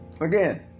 Again